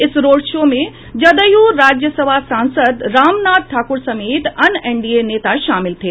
इस road show मे जदयू राज्यसभा सांसद रामनाथ ठाकुर समेत अन्य एनडीए नेता शामिल थे